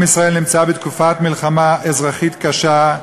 עם ישראל נמצא בתקופת מלחמה אזרחית קשה,